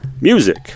Music